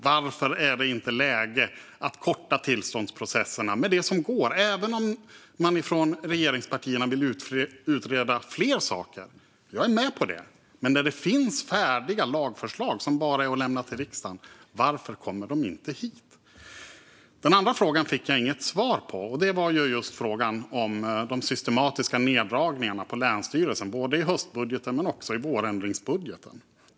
Varför är det inte läge att korta tillståndsprocesserna med det som går även om regeringspartierna vill utreda fler saker? Jag är med på det, men det finns färdiga lagförslag som det bara är att lämna till riksdagen. Varför kommer de inte hit? Den andra frågan fick jag inget svar på. Det är frågan om de systematiska neddragningarna på länsstyrelserna i höstbudgeten men också i vårändringsbudgeten.